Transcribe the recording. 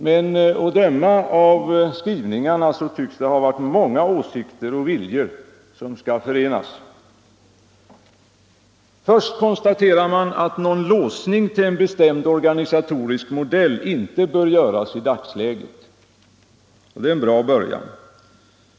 Men att döma av skrivningarna är det många åsikter och viljor som skall förenas. Först konstaterar man att någon låsning till en bestämd organisatorisk modell inte bör göras i dagsläget. Det är en bra början.